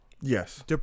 Yes